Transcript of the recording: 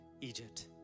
Egypt